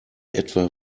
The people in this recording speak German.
etwa